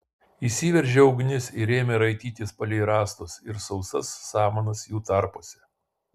įsiveržė ugnis ir ėmė raitytis palei rąstus ir sausas samanas jų tarpuose